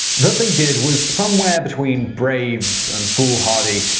that they did was somewhere between brave and foolhardy,